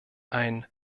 ein